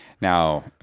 Now